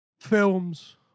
films